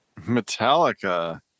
Metallica